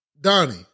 Donnie